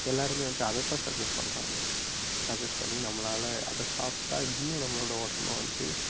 எல்லாருமே வந்து அதை தான் சஜஜஸ்ட் பண்ணுறாங்க சஜஜஸ்ட் பண்ணி நம்மளால் அதை சாப்பிட்டா இன்னும் நம்மளோட உடம்ப வந்து